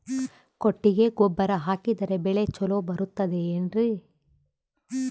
ಕೊಟ್ಟಿಗೆ ಗೊಬ್ಬರ ಹಾಕಿದರೆ ಬೆಳೆ ಚೊಲೊ ಬರುತ್ತದೆ ಏನ್ರಿ?